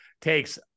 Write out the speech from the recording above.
takes